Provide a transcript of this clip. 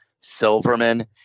Silverman